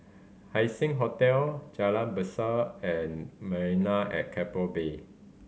Haising Hotel Jalan Berseh and Marina at Keppel Bay